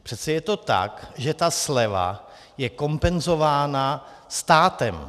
Přece je to tak, že ta sleva je kompenzována státem.